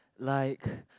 like